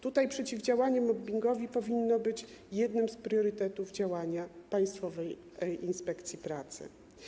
Tutaj przeciwdziałanie mobbingowi powinno być jednym z priorytetów działania Państwowej Inspekcji Pracy.